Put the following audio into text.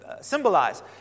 symbolize